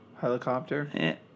Helicopter